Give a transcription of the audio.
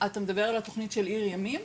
אתה מדבר על תוכנית עיר ימים?